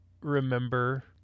remember